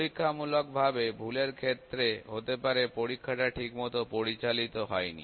পরীক্ষামূলক ভুলের ক্ষেত্রে হতে পারে পরীক্ষাটা ঠিকমতো পরিচালিত হয় নি